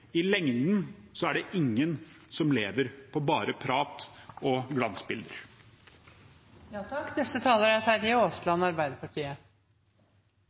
I lengden er det ingen som lever på bare prat og